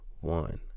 One